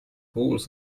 holes